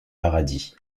paradis